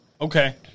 Okay